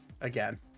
again